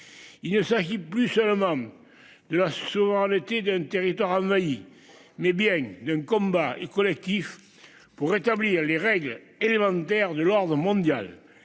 Il ne s'agit plus seulement de la. Souveraineté d'un territoire envahi mais bien d'un combat et collectif pour rétablir les règles élémentaires de l'ordre mondial.